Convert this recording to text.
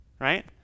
right